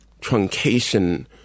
truncation